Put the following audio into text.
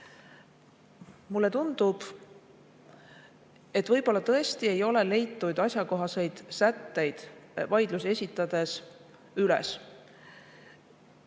Mulle tundub, et võib-olla tõesti ei ole leitud asjakohaseid sätteid vaidlusi esitades üles.